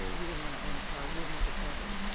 he didn't want to own a car, he didn't want the trouble.